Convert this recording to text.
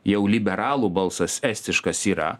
jau liberalų balsas estiškas yra